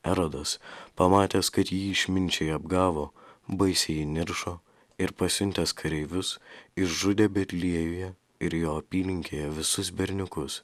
erodas pamatęs kad jį išminčiai apgavo baisiai įniršo ir pasiuntęs kareivius išžudė betliejuje ir jo apylinkėje visus berniukus